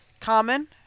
Common